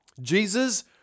jesus